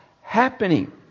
happening